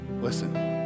Listen